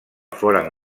foren